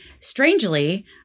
Strangely